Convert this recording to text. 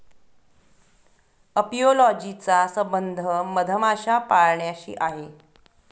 apiology चा संबंध मधमाशा पाळण्याशी आहे